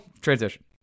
Transition